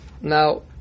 now